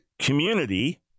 community